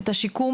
את השיקום